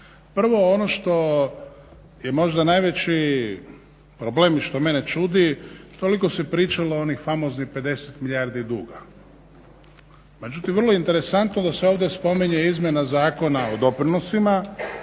Prvo ono što je možda najveći problem i što mene čudi toliko se pričalo o onih famoznih 50 milijardi duga, međutim vrlo interesantno da se ovdje spominje izmjena Zakona o doprinosima